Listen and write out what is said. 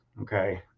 okay